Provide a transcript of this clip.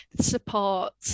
support